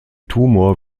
tumor